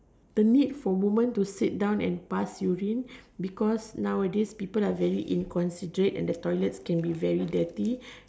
the need for women to sit down and pass urine because now the people can be inconsiderate and the toilets can be really dirty